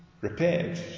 repaired